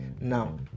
Now